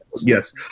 Yes